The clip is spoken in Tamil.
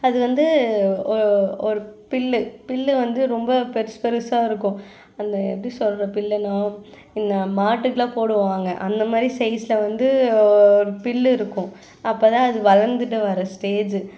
அது வந்து ஒரு புல்லு புல்லு வந்து ரொம்ப பெருசு பெருசாக இருக்கும் அந்த எப்படி சொல்கிற புல்லுனா இந்த மாட்டுக்கெலாம் போடுவாங்க அந்த மாதிரி சைஸ்சில் வந்து ஒரு புல்லு இருக்கும் அப்போ தான் அது வளர்ந்துட்டு வர்ற ஸ்டேஜு